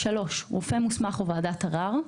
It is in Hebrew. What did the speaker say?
(3)רופא מוסמך או ועדת ערר,